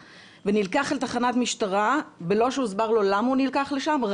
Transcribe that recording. ונלקח אל תחנת המשטרה בלא שהוסבר לו למה הוא נלקח לשם.